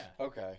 Okay